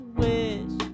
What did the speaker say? wish